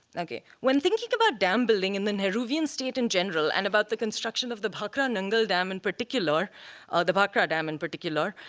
when thinking about dam building in the nehruvian state in general, and about the construction of the bhakra nangal dam in particular ah the bhakra dam in particular.